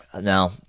Now